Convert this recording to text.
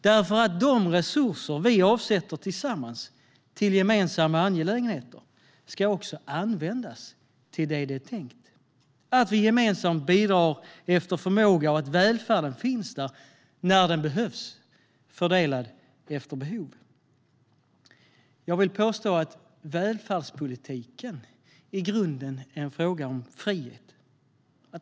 De resurser vi avsätter tillsammans till gemensamma angelägenheter ska också användas till det de är tänkta, alltså att vi gemensamt bidrar efter förmåga och att välfärden finns där när den behövs, fördelad efter behov. Jag vill påstå att välfärdspolitiken i grunden är en fråga om frihet.